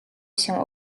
się